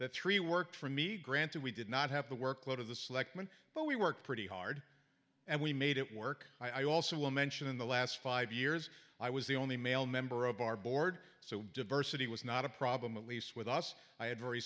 that three worked for me granted we did not have the workload of the selectmen but we worked pretty hard and we made it work i also will mention in the last five years i was the only male member of our board so diversity was not a problem at least with us i had very